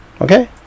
okay